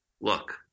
look